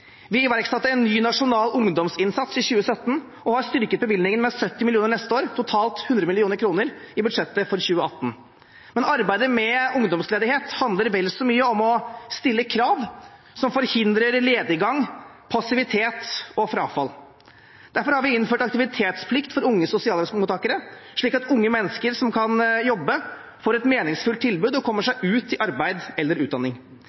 Vi iverksatte en ny nasjonal ungdomsinnsats i 2017 og har styrket bevilgningen med 70 mill. kr neste år – totalt 100 mill. kr i budsjettet for 2018. Men arbeidet mot ungdomsledighet handler vel så mye om å stille krav som forhindrer lediggang, passivitet og frafall. Derfor har vi innført aktivitetsplikt for unge sosialhjelpsmottakere, slik at unge mennesker som kan jobbe, får et meningsfylt tilbud og kommer seg ut i arbeid eller utdanning.